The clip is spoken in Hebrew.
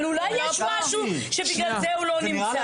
אבל אולי יש משהו שבגלל זה הוא לא נמצא.